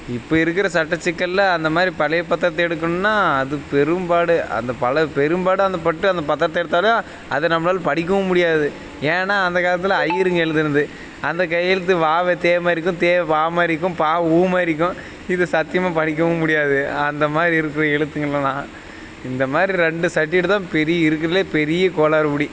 இப்போ இருக்கிற சட்ட சிக்கலில் அந்த மாதிரி பழைய பத்திரத்த எடுக்கணுனால் அது பெரும்பாடு அந்த பல பெரும்பாடு அந்த பட்டு அந்த பத்திரத்த எடுத்தாலே அது நம்மளால படிக்கவும் முடியாது ஏன்னால் அந்த காலத்தில் ஐயருங்கள் எழுதுனது அந்த கையெழுத்து வாவ தே மாதிரிக்கும் தேவ வா மாதிரிக்கும் ப உ மாதிரிக்கும் இது சத்தியமாக படிக்கவும் முடியாது அந்த மாதிரி இருக்கிற எழுத்துங்களெல்லாம் இந்த மாதிரி ரெண்டு சர்டிவிகேட்டு தான் பெரிய இருக்கிறதுலே பெரிய கோளாறுபடி